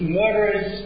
murderers